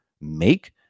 make